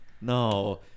no